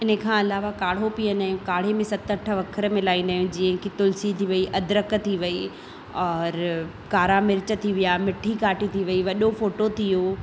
इन खां अलावा काढ़ो पीअंदा आहियूं काढ़े में सत अठ वखर मिलाईंदा आहियूं जीअं कि तुलसी थी वई अदरक थी वई और कारा मिर्च थी विया मिठी काठी थी वई वॾो फ़ोटो थी वियो